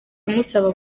amusaba